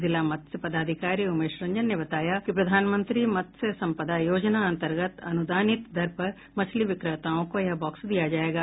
जिला मत्स्य पदाधिकारी उमेश रंजन ने बताया कि प्रधानमंत्री मत्स्य संपदा योजना अंतर्गत अनूदानित दर पर मछली विक्रेताओं को यह बॉक्स दिया जायेगा